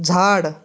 झाड